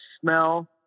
smell